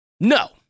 No